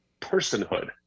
personhood